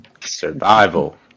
Survival